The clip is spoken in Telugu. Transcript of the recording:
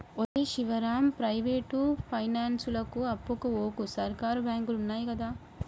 ఒరే శివరాజం, ప్రైవేటు పైనాన్సులకు అప్పుకు వోకు, సర్కారు బాంకులున్నయ్ గదా